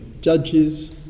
judges